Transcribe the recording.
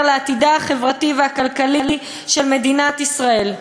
לעתידה החברתי והכלכלי של מדינת ישראל,